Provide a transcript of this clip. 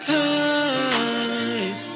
time